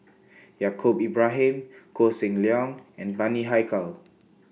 Yaacob Ibrahim Koh Seng Leong and Bani Haykal